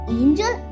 angel